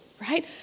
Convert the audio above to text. Right